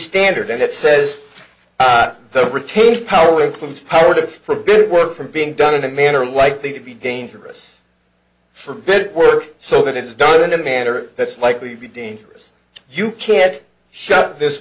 standard and it says the retained power comes power to forbid work from being done in a manner likely to be dangerous forbid work so that it is done in a manner that's likely to be dangerous you can't shut this